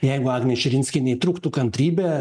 jeigu agnei širinskienei trūktų kantrybė